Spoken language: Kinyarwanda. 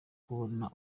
kubona